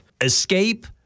Escape